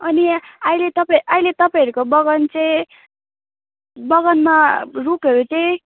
अनि अहिले तपाईँ अहिले तपाईँहरूको बगान चाहिँ बगानमा रुखहरू चाहिँ